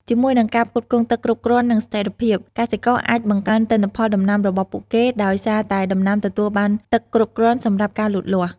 ជាមួយនឹងការផ្គត់ផ្គង់ទឹកគ្រប់គ្រាន់ និងស្ថិរភាព កសិករអាច បង្កើនទិន្នផលដំណាំរបស់ពួកគេ ដោយសារតែដំណាំទទួលបានទឹកគ្រប់គ្រាន់សម្រាប់ការលូតលាស់។